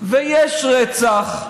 ויש רצח: